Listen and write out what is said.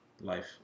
life